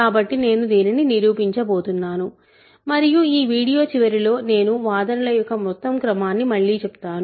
కాబట్టి నేను దీనిని నిరూపించబోతున్నాను మరియు ఈ వీడియో చివరిలో నేను వాదనల యొక్క మొత్తం క్రమాన్ని మళ్ళీ చెప్తాను